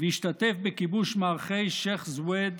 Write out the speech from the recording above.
והשתתף בכיבוש מערכי שייח' זוויד,